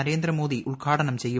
നരേന്ദ്രമോദി ഉദ്ഘാടനം ചെയ്യും